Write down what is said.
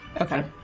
Okay